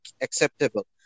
acceptable